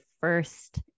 first